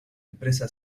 empresa